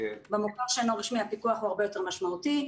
במוכר שאינו רשמי הפיקוח הרבה יותר משמעותי.